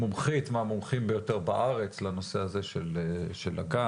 מומחית ביותר בארץ לנושא הזה של הגז,